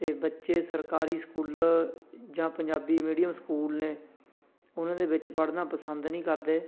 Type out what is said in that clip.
ਅਤੇ ਬੱਚੇ ਸਰਕਾਰੀ ਸਕੂਲ ਜਾਂ ਪੰਜਾਬੀ ਮੀਡੀਅਮ ਸਕੂਲ ਨੇ ਉਨ੍ਹਾਂ ਦੇ ਵਿੱਚ ਪੜ੍ਹਨਾ ਪਸੰਦ ਨਹੀਂ ਕਰਦੇ